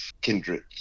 kindred